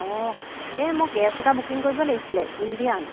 অঁ এই মই গেছ এটা বুকিং কৰিব লাগিছিলে ইণ্ডিয়ান